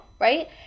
right